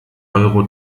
euro